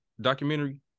documentary